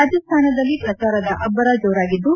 ರಾಜಸ್ಥಾನದಲ್ಲಿ ಪ್ರಚಾರದ ಅಭ್ಲರ ಜೋರಾಗಿದ್ದು